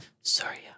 Sorry